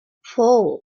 four